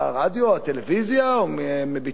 או מביטים לנו ב-Ynet,